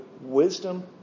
wisdom